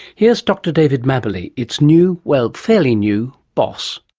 here's dr david mabberley, it's new well, fairly new boss.